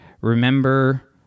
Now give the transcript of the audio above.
remember